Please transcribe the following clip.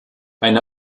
eine